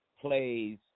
plays